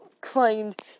claimed